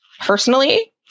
personally